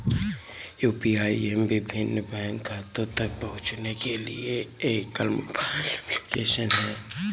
UPI app विभिन्न bank खातों तक पहुँचने के लिए एकल मोबाइल एप्लिकेशन है